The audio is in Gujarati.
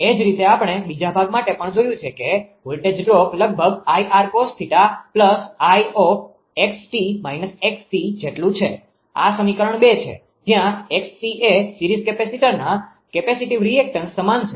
એ જ રીતે આપણે બીજા ભાગ માટે પણ જોયું છે કે વોલ્ટેજ ડ્રોપ લગભગ 𝐼𝑟cos 𝜃 𝐼𝑥𝑙 − 𝑥𝑐 જેટલું છે આ સમીકરણ છે જ્યાં 𝑥𝑐 એ સિરીઝ કેપેસિટરના કેપેસિટીવ રિએક્ટેન્સ સમાન છે